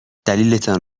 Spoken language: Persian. دلیلتان